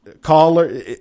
caller